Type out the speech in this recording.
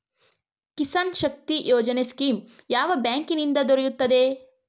Kisan Shakti Yojana scheme ಯಾವ ಬ್ಯಾಂಕಿನಿಂದ ದೊರೆಯುತ್ತದೆ?